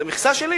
זו מכסה שלי.